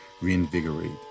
reinvigorate